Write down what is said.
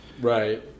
Right